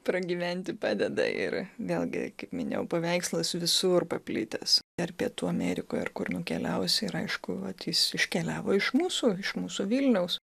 pragyventi padeda ir vėlgi kaip minėjau paveikslas visur paplitęs ar pietų amerikoj ar kur nukeliausi ir aišku vat jis iškeliavo iš mūsų iš mūsų vilniaus